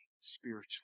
spiritually